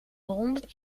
honderd